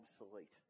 obsolete